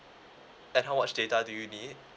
and how much data do you need